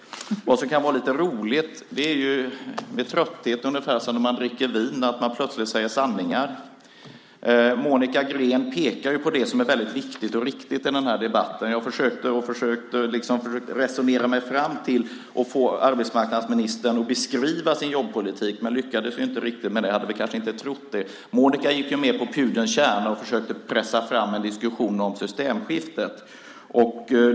Vad som kan vara lite roligt är att det är med trötthet ungefär som när man dricker vin, det vill säga att man plötsligt säger sanningar. Monica Green pekar på det som är väldigt viktigt och riktigt i den här debatten. Jag försökte resonera mig fram till att få arbetsmarknadsministern att beskriva sin jobbpolitik, men jag lyckades inte riktigt och hade kanske inte trott det heller. Monica gick mer på pudelns kärna och försökte pressa fram en diskussion om systemskiftet.